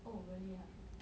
oh really ah